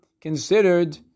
considered